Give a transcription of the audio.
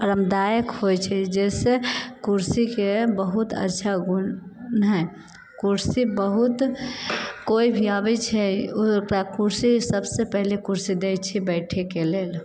आरामदायक होइ छै जइसे कुर्सीके बहुत अच्छा गुण हइ कुर्सी बहुत कोइ भी आबै छै ओकरा कुर्सी सबसँ पहिले कुर्सी दै छिए बैठैके लेल